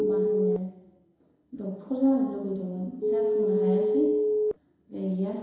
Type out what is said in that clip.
मा होनो डक्टर जानो लुगैदोंमोन जाफुंनो हायासै गैया